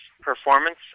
performance